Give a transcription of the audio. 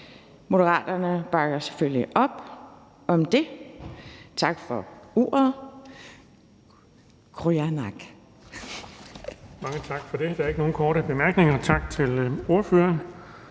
Moderaterne bakker selvfølgelig op om det. Tak for ordet.